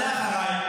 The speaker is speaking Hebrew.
תעלה אחריי,